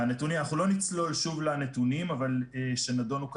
אנחנו לא נצלול שוב לנתונים שנדונו פה